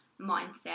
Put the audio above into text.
mindset